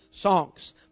songs